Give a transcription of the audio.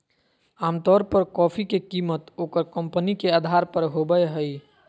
आमतौर पर कॉफी के कीमत ओकर कंपनी के अधार पर होबय हइ